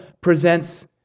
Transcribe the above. presents